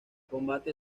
combate